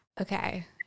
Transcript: Okay